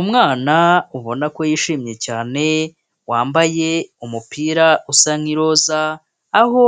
Umwana ubona ko yishimye cyane wambaye umupira usa nk'iroza aho